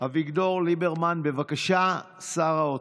בוקר טוב.